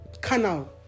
canal